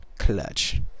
clutch